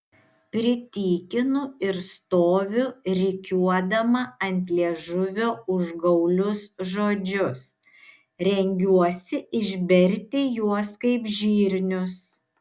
pritykinu ir stoviu rikiuodama ant liežuvio užgaulius žodžius rengiuosi išberti juos kaip žirnius